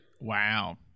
wow